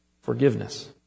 forgiveness